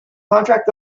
contract